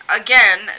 Again